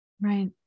Right